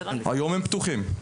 היום הם פתוחים.